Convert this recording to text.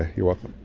you're welcome.